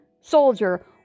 soldier